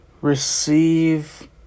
receive